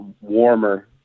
warmer